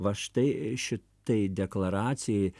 va štai šitai deklaracijai